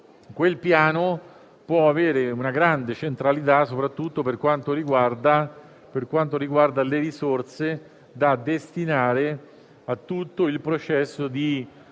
quel piano può avere una grande centralità, soprattutto per quanto riguarda le risorse da destinare a tutto il processo di transizione